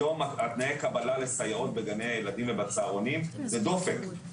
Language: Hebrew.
היום תנאי הקבלה לסייעות בגני הילדים ובצהרונים זה דופק,